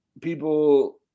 people